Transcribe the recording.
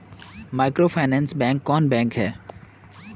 Microfinance bank कौन bank है?